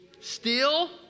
steal